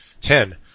ten